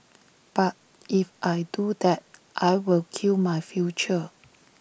but if I do that I will kill my future